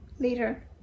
Later